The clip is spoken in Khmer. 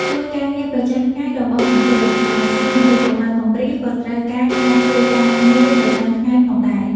ជួយការងារប្រចាំថ្ងៃរបស់មណ្ឌល ដោយសារមណ្ឌលកុមារកំព្រាក៏ត្រូវការការជួយការងារប្រចាំថ្ងៃផងដែរ។